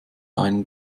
einen